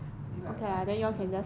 divide by five you know